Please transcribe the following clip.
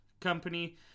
Company